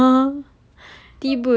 !huh!